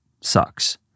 sucks